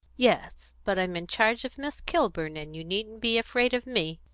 yes but i'm in charge of miss kilburn, and you needn't be afraid of me.